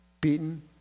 beaten